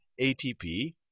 ATP